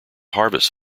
harvest